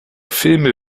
filme